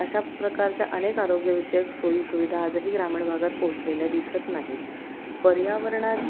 अशा प्रकारच्या अनेक आरोग्यविषयक सोयीसुविधा आजही ग्रामीण भागात पोहोचलेल्या दिसत नाहीत पर्यावरणात